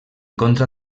contra